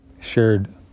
shared